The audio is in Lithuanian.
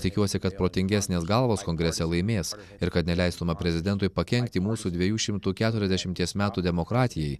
tikiuosi kad protingesnės galvos kongrese laimės ir kad neleistume prezidentui pakenkti mūsų dviejų šimtų keturiasdešimties metų demokratijai